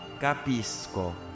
Capisco